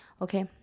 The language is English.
okay